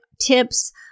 tips